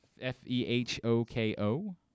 F-E-H-O-K-O